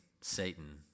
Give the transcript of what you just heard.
Satan